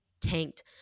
tanked